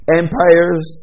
empires